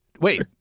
wait